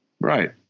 Right